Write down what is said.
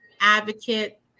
advocate